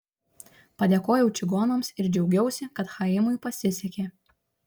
padėkojau čigonams ir džiaugiausi kad chaimui pasisekė